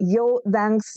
jau vengs